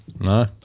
No